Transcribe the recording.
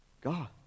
God